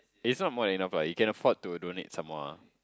is not more than enough lah you can afford to donate some more ah